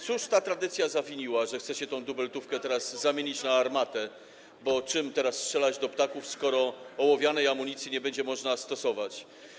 Cóż ta tradycja zawiniła, że chcecie tę dubeltówkę zamienić na armatę - bo czym teraz strzelać do ptaków, skoro ołowianej amunicji nie będzie można stosować?